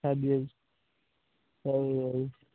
ਹਾਂਜੀ ਹਾਂਜੀ ਹਾਂਜੀ